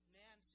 man